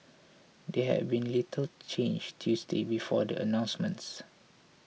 they had been little changed Tuesday before the announcements